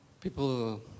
people